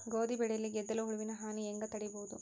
ಗೋಧಿ ಬೆಳೆಯಲ್ಲಿ ಗೆದ್ದಲು ಹುಳುವಿನ ಹಾನಿ ಹೆಂಗ ತಡೆಬಹುದು?